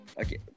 Okay